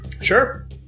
Sure